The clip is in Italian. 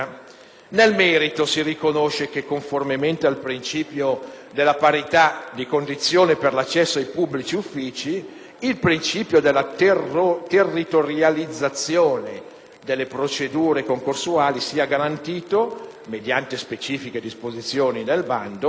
Nel merito, si riconosce che, conformemente al principio della parità di condizioni per l'accesso ai pubblici uffici, il principio della territorializzazione delle procedure concorsuali sia garantito mediante specifiche disposizioni del bando,